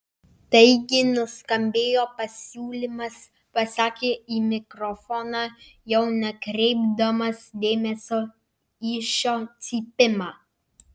taigi nuskambėjo pasiūlymas pasakė į mikrofoną jau nekreipdamas dėmesio į šio cypimą